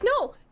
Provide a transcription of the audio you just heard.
no